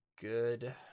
Good